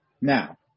Now